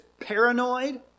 paranoid